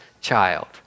child